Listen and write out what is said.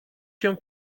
się